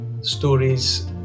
stories